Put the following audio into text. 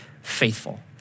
faithful